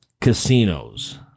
casinos